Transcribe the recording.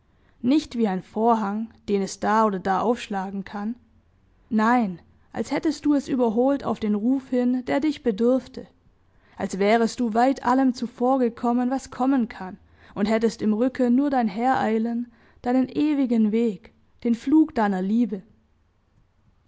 nicht wie ein vorhang den es da oder da aufschlagen kann nein als hättest du es überholt auf den ruf hin der dich bedurfte als wärest du weit allem zuvorgekommen was kommen kann und hättest im rücken nur dein hereilen deinen ewigen weg den flug deiner liebe